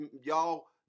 y'all